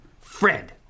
Fred